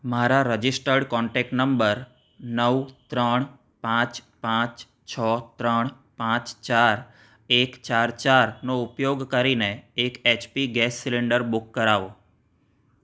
મારા registered contact number નવ ત્રણ પાંચ પાંચ છો ત્રણ પાંચ ચાર એક ચાર ચાર નો ઉપયોગ કરીને એક એચપી ગેસ સીલિન્ડર બુક કરાવો